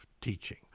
teaching